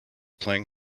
playing